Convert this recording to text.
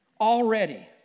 Already